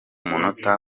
munota